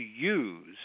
use